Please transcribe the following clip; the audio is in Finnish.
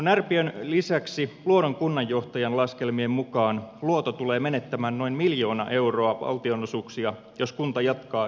närpiön lisäksi luodon kunnanjohtajan laskelmien mukaan luoto tulee menettämään noin miljoona euroa valtionosuuksia jos kunta jatkaa yksikielisenä